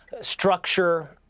structure